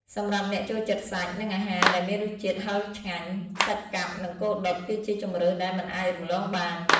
សម្រាប់អ្នកចូលចិត្តសាច់ និងអាហារដែលមានរសជាតិហឹរឆ្ងាញ់ សាច់កាប់ និង គោដុត គឺជាជម្រើសដែលមិនអាចរំលងបាន ។